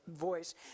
voice